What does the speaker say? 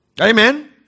Amen